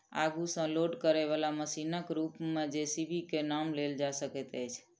आगू सॅ लोड करयबाला मशीनक रूप मे जे.सी.बी के नाम लेल जा सकैत अछि